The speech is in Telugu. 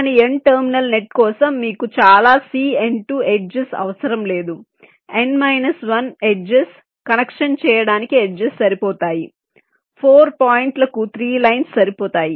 కానీ n టెర్మినల్ నెట్ కోసం మీకు చాలా ఎడ్జెస్ అవసరం లేదు ఎడ్జెస్ కనెక్షన్ చేయడానికి ఎడ్జెస్ సరిపోతాయి 4 పాయింట్లకు 3 లైన్స్ సరిపోతాయి